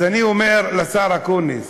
אז אני אומר לשר אקוניס,